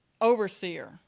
overseer